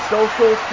Social